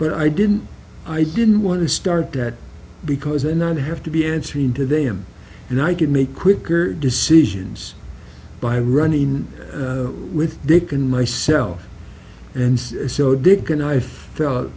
but i didn't i didn't want to start that because and then have to be answering to them and i can make quicker decisions by runnin with dick and myself and so dick and i felt